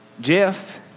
Jeff